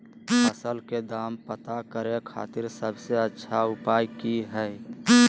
फसल के दाम पता करे खातिर सबसे अच्छा उपाय की हय?